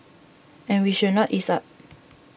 and we should not ease up